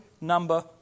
number